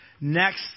Next